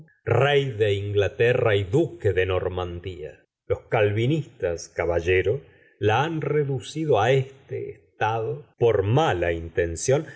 rey de inglaterra y duque de normandia los calvinistas caballero la han reducido á es te estado por mala intención